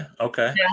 Okay